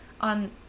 on